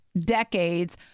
decades